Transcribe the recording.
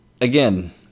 again